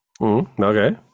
Okay